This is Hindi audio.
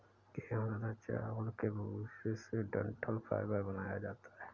गेहूं तथा चावल के भूसे से डठंल फाइबर बनाया जाता है